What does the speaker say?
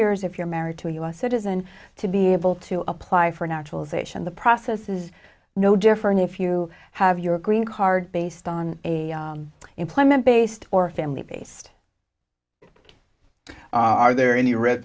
years if you're married to a u s citizen to be able to apply for naturalization the process is no different if you have your green card based on employment based or family based are there any red